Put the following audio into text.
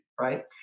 right